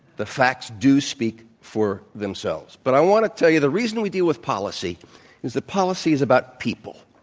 the facts do speak for themselves. but i want to tell you, the reason we deal with policy is the policy is about people.